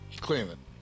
Cleveland